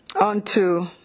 unto